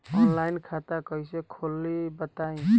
Online खाता कइसे खोली बताई?